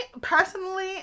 personally